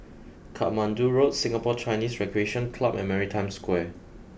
Katmandu Road Singapore Chinese Recreation Club and Maritime Square